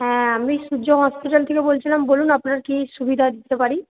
হ্যাঁ আমি সূর্য হসপিটাল থেকে বলছিলাম বলুন আপনার কী সুবিধা দিতে পারি